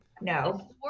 No